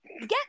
get